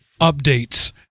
updates